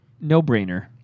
No-brainer